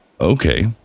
okay